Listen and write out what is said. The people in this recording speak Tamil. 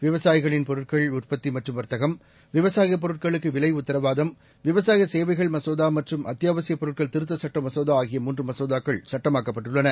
விவசாயிகளின் பொருட்கள் உற்பத்திமற்றம் வர்த்தகம் விவசாயபொருட்களுக்குவிலைஉத்தரவாதம்விவசாயசேவைகள் மசோதாமற்றும் அத்தியாவசியபொருட்கள் திருத்தசட்டமசோதாஆகிய முன்றுமகோதாக்கள் சட்டமாக்கப்பட்டுள்ளன